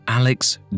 Alex